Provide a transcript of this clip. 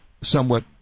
somewhat